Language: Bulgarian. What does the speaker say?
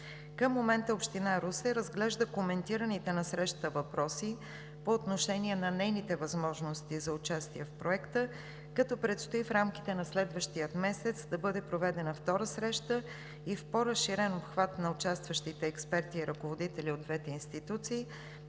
Към момента Община Русе разглежда коментираните на срещата въпроси по отношение на нейните възможности за участие в проекта, като предстои в рамките на следващия месец да бъде проведена втора среща и в по-разширен обхват на участващите експерти и ръководители от двете институции